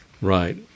Right